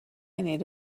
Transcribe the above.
need